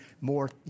more